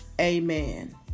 Amen